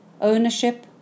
Ownership